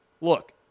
Look